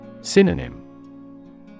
Synonym